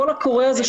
הקול הקורא הזה,